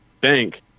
bank